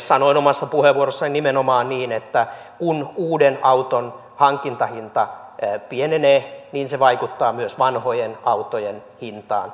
sanoin omassa puheenvuorossani nimenomaan niin että kun uuden auton hankintahinta pienenee niin se vaikuttaa myös vanhojen autojen hintaan